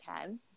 ten